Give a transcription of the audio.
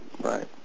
right